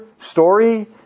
story